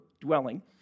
dwelling